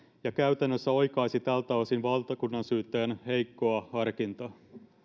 ja käytännössä oikaisi tältä osin valtakunnansyyttäjän heikkoa harkintaa